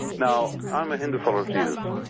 now i'm a hindu follower of jesus.